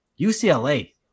UCLA